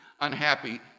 unhappy